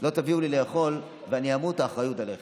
לא תיתנו לי לאכול ואני אמות, האחריות עליכם.